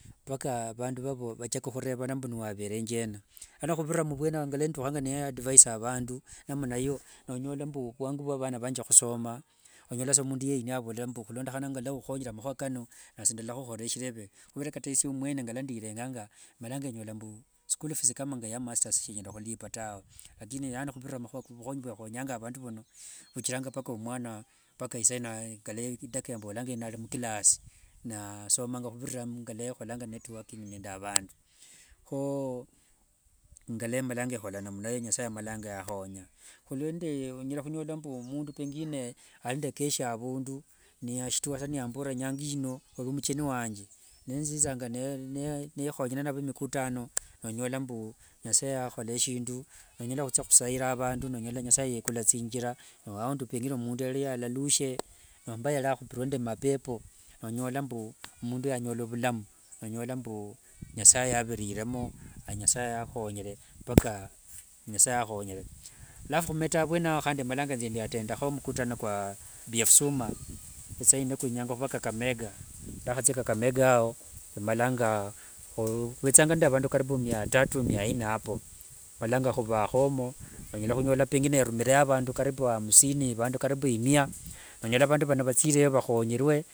Mpaka vachaka hurebana mbu warerenge yena. Lano huvirira mvwene ao, ngalwa ndehunga niadvisa avandu namna iyo nonyola mbu vwangu vwa vanavange husoma onyola sa mundu niyeiniya navola mbu hulondohana ngalwa ohonyere amahua kano nasi ndalahuhorera eshirebe. Huvera kata esie omwene ngalwa ndirenganga malanga nyola mbu school fees kama nga ya masters sinyala hulipa tawe lakini lano huvirira vuhonyi vwe ehonyanga avandu vuno vuchiranga mpaka omwana mpaka isaino ngalwa idakika yambolanga ino ari mclass na asomanga huvirira ngalwa holanga network nende avandu. Ho ngalwamalanga hola namna iyo nyasae amalanga yahonya. onyala hunyola mbu mundu pengine ari nde kesha avundu niyashtua saa niyamborera nyangaino ori mkeni wange nenzitsanga nehonyana navo mikutano nonyola mbu nyasae ahola eshindu nonyola hutsia husaira avandu, nonyola nyasae yekula tsinjira aundi pengine mundu yari alalushe nomba yari ahupirwe nde mapepo nonyola mbu mundu oyo anyola bulamu, nonyola mbu nyasae aviririremo, nyasae ahonyere mpaka. Alafu humeta abwene ao handi malanga nzia attendaho mkutano kwa visa indi kuinyanga huba kakamega. Ndahatsia kakamega ao emalanga. Huvetsanga nde avandu karibu mia tatu mia nne apo humalanga huvahomo onyala hunyola pengine erumireyo vandu karibu amusini vandu karibu imia. Onyola bandu vano vatsire vahonyerwe.